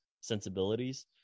sensibilities